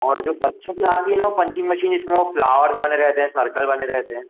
और जो बच्चों की आती है ना पंचिंग मशीन जिसमें वो फ़्लावर बने रहते हैं सरकल बने रहते हैं